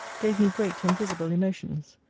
gave me great and visible emotions.